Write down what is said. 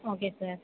okay sir